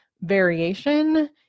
variation